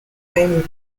name